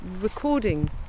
recording